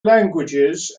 languages